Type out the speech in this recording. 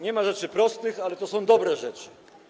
Nie ma rzeczy prostych, ale to są dobre rzeczy.